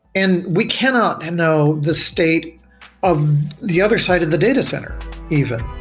and we cannot and know the state of the other side of the data center even